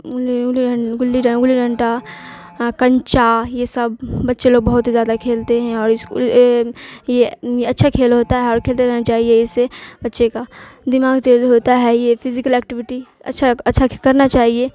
گلی ڈنٹا کنچا یہ سب بچے لوگ بہت ہی زیادہ کھیلتے ہیں اور یہ یہ یہ اچھا کھیل ہوتا ہے اور کھیلتے رہنا چاہیے اس سے بچے کا دماغ تیز ہوتا ہے یہ فزیکل ایکٹیوٹی اچھا اچھا کرنا چاہیے